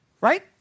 Right